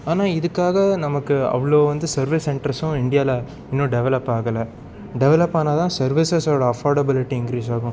ஆனால் இதுக்காக நமக்கு அவ்வளோ வந்து சர்வீஸ் சென்டர்ஸும் இண்டியாவில் இன்னும் டெவெலப் ஆகலை டெவெலப் ஆனால் தான் சர்வீசஸ்ஸோடய அஃபோடபுலிட்டி இன்க்ரீஸ் ஆகும்